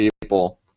people